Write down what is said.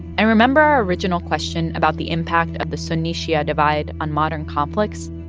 and remember our original question about the impact of the sunni-shia divide on modern conflicts?